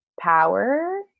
power